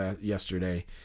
yesterday